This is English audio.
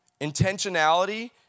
Intentionality